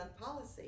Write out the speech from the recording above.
policy